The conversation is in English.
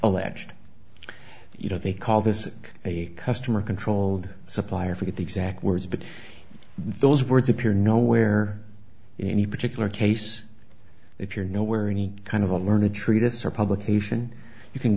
alleged you know they call this a customer controlled supplier forget the exact words but those words appear nowhere in any particular case if you're no where any kind of a learned treatise or publication you can